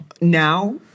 now –